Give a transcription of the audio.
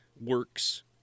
works